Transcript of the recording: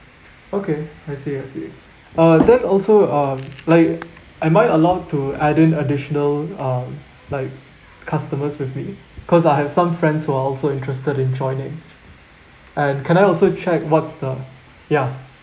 okay I see I see uh that also um like am I allowed to add in additional um like customers with me cause I have some friends who are also interested in joining and can I also check what's the ya